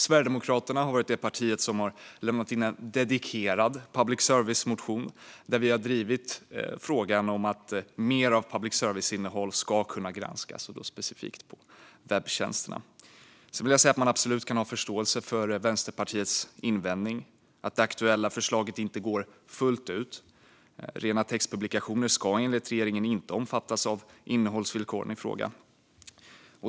Sverigedemokraterna är det parti som har lämnat in en dedikerad public service-motion, där vi har drivit frågan att mer av public services innehåll ska kunna granskas, specifikt på webbtjänsterna. Man kan absolut ha förståelse för Vänsterpartiets invändning om att det aktuella förslaget inte går hela vägen. Rena textpublikationer ska enligt regeringen inte omfattas av innehållsvillkoren i fråga.